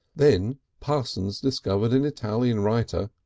then parsons discovered an italian writer,